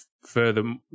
further